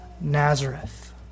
Nazareth